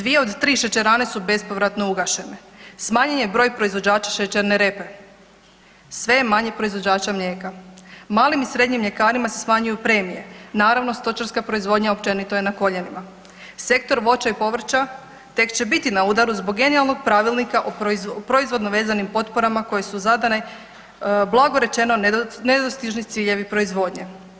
Dvije od tri šećerane su bespovratno ugašene, smanjen je broj proizvođača šećerne repe, sve je manje proizvođača mlijeka, malim i srednjim mljekarima se smanjuju premije, naravno stočarska proizvodnja općenito je na koljenima, sektor voća i povrća tek će biti na udaru zbog genijalnog pravilnika o proizvodnji, o proizvodno vezanim potporama koje su zadane, blago rečeno nedostižni ciljevi proizvodnje.